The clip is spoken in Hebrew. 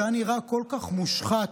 זה היה נראה כל כך מושחת